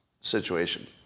situation